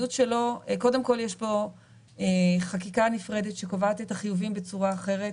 קודם כול יש פה חקיקה נפרדת שקובעת את החיובים בצורה אחרת,